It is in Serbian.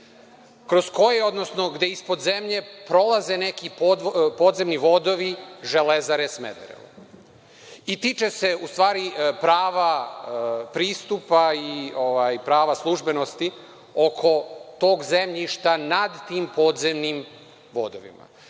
kroz koje, odnosno gde ispod zemlje prolaze neki podzemni vodovi „Železare Smederevo“ i tiče se u stvari prava pristupa i prava službenosti oko tog zemljišta nad tim podzemnim vodovima. Više